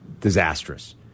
disastrous